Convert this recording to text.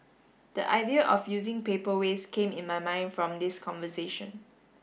the idea of using paper waste came in my mind from this conversation